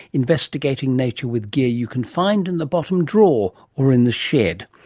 investigating nature with gear you can find in the bottom drawer, or in the shed.